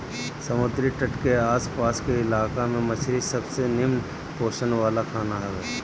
समुंदरी तट के आस पास के इलाका में मछरी सबसे निमन पोषण वाला खाना हवे